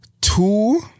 Two